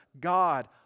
God